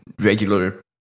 regular